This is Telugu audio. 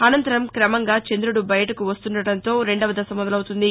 అనంతరం క్రమంగా చంద్రుడు బయటకు వస్తుండడంతో రెండవ దశ మొదలవుతుంది